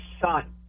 son